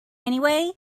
anyway